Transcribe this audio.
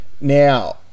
now